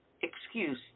excuse